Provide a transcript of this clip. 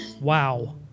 Wow